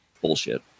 Bullshit